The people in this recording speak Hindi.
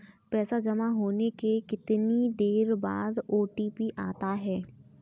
पैसा जमा होने के कितनी देर बाद ओ.टी.पी आता है?